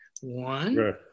one